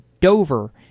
Dover